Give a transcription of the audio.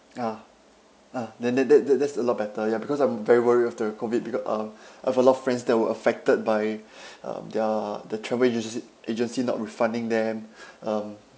ah ah then that that that's a lot better ya because I'm very worried of the COVID becau~ uh I have a lot of friends that were affected by um their the travel agency agency not refunding them um